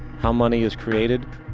how money is created,